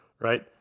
right